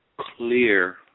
clear